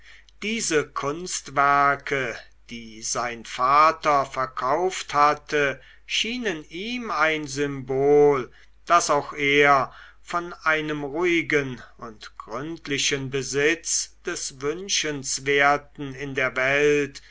diese kunstwerke die sein vater verkauft hatte schienen ihm ein symbol daß auch er von einem ruhigen und gründlichen besitz des wünschenswerten in der welt